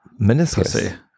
meniscus